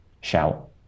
Shout